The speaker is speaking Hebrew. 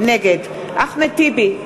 נגד אחמד טיבי,